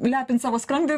lepint savo skrandį